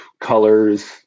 colors